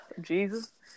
Jesus